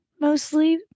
mostly